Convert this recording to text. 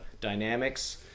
dynamics